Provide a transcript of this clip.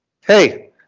Hey